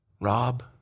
Rob